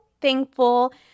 thankful